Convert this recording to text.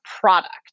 product